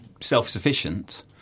self-sufficient